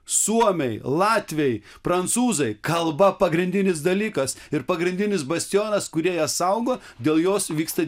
suomiai latviai prancūzai kalba pagrindinis dalykas ir pagrindinis bastionas kurie ją saugo dėl jos vyksta